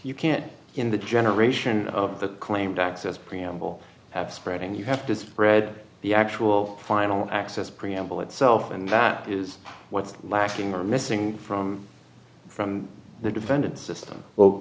you can't in the generation that claimed access preamble have spread and you have to spread the actual final access preamble itself and that is what's lacking are missing from from the defendant's system